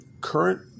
current